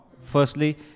firstly